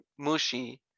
mushi